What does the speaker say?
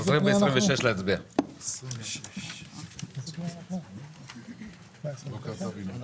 חוזרים להצביע בשעה 09:26. (הישיבה נפסקה בשעה